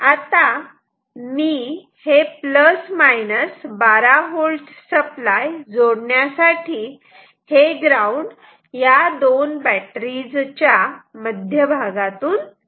आता मी हे प्लस मायनस 12V सप्लाय जोडण्यासाठी हे ग्राउंड या दोन बॅटरी च्या मध्यभागातून घेतो